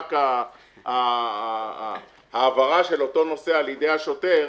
ממשק העברה של אותו נוסע על ידי השוטר,